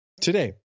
today